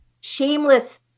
shameless